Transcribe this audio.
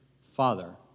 Father